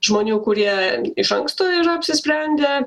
žmonių kurie iš anksto yra apsisprendę